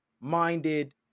minded